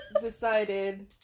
decided